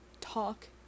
talk